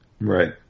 Right